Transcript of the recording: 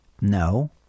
No